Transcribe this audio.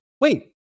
wait